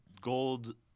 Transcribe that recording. gold